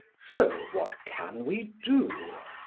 so what can we do?